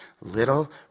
little